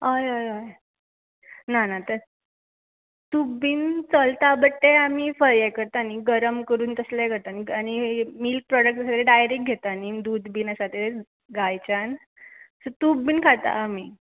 हय हय हय ना ना ते तूप बीन चलता बट ते आमी हें करता न्ही गरम करून तसले घटान आनी मिल्क प्रोडक्ट आसा ते डायरेक्ट घेता न्ही दूद बीन आसा ते गायच्यान सो तूप बीन खाता आमी